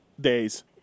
days